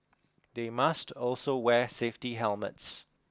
they must also wear safety helmets